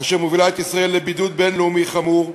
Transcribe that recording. אשר מובילה את ישראל לבידוד בין-לאומי חמור,